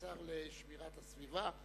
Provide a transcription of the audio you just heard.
השר לשמירת הסביבה.